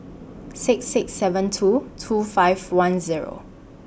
six six seven two two five one Zero